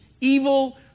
evil